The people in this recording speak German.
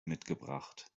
mitgebracht